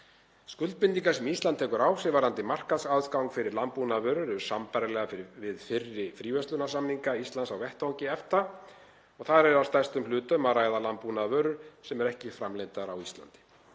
Skuldbindingar sem Ísland tekur á sig varðandi markaðsaðgang fyrir landbúnaðarvörur eru sambærilegar við fyrri fríverslunarsamninga Íslands á vettvangi EFTA og þar er að stærstum hluta um að ræða landbúnaðarvörur sem ekki eru framleiddar á Íslandi.